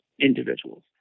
individuals